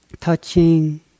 Touching